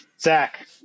Zach